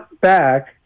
back